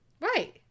Right